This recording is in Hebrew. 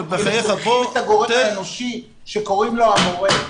יש את הגורם האנושי שקוראים לו המורה.